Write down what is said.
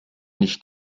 nicht